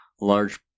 large